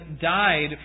died